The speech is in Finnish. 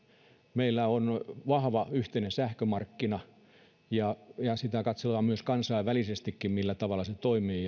meillä on vahva yhteinen sähkömarkkina ja ja sitä katsellaan kansainvälisestikin millä tavalla se toimii